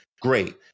great